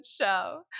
show